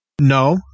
No